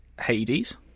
Hades